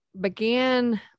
began